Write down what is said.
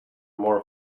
more